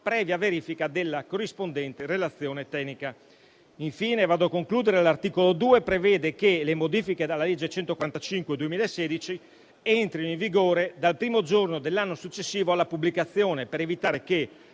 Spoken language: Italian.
previa verifica della corrispondente relazione tecnica. Infine - e mi avvio a concludere - l'articolo 2 prevede che le modifiche alla legge n. 145 del 2016 entrino in vigore dal primo giorno dell'anno successivo alla pubblicazione, per evitare che